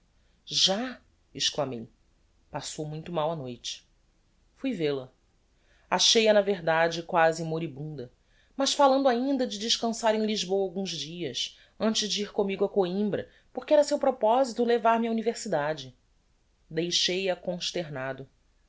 já exclamei passou muito mal a noite fui vel-a achei-a na verdade quasi moribunda mas fallando ainda de descançar em lisboa alguns dias antes de ir commigo a coimbra porque era seu proposito levar-me á universidade deixei-a consternado